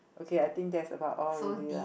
okay I think that's about all already lah